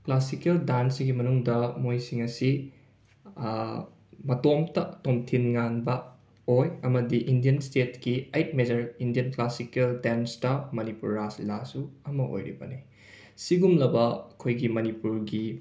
classical ꯗꯥꯟꯁꯁꯤꯒꯤ ꯃꯅꯨꯡꯗ ꯃꯣꯏꯁꯤꯡ ꯑꯁꯤ ꯃꯇꯣꯝꯇ ꯇꯣꯝꯊꯤꯟ ꯉꯥꯟꯕ ꯑꯣꯏ ꯑꯃꯗꯤ ꯏꯟꯗꯤꯌꯟ ꯁ꯭ꯇꯦꯠꯀꯤ ꯑꯩꯠ ꯃꯦꯖꯔ ꯏꯟꯗꯤꯌꯟ ꯀ꯭ꯂꯥꯁꯤꯀꯦꯜ ꯗꯦꯟꯁꯇ ꯃꯅꯤꯄꯨꯔ ꯔꯥꯁ ꯂꯤꯂꯥꯁꯨ ꯑꯃ ꯑꯣꯏꯔꯤꯕꯅꯤ ꯁꯤꯒꯨꯝꯂꯕ ꯑꯩꯈꯣꯏꯒꯤ ꯃꯅꯤꯄꯨꯔꯒꯤ